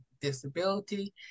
disability